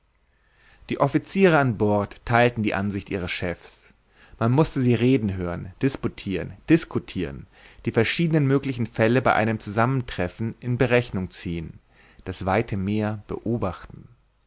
die officiere an bord theilten die ansicht ihres chefs man mußte sie reden hören disputiren discutiren die verschiedenen möglichen fälle bei einem zusammentreffen in berechnung ziehen das weite meer beobachten